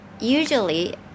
usually